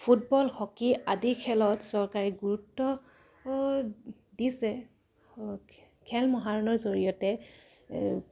football hockey আদি খেলত চৰকাৰে গুৰুত্ব দিছে খেল মহাৰণৰ জৰিয়তে